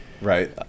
right